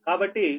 కాబట్టి అది 8